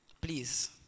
please